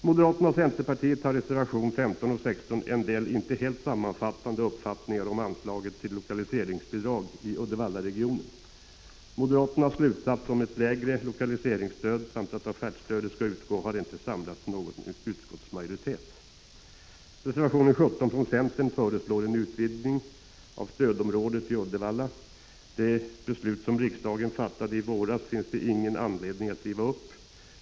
Moderaterna och centerpartiet har i reservationerna 15 och 16 framfört en del inte helt sammanfallande uppfattningar om anslaget till lokaliseringsbidrag i Uddevallaregionen. Moderaternas slutsats — ett lägre lokaliseringsstöd samt att inga medel för offertstöd skall utgå — har inte samlat någon utskottsmajoritet. I reservation 17 från centern föreslås en utvidgning av stödområdet i Uddevallaregionen. Det beslut som riksdagen fattade i våras finns det ingen anledning att riva upp.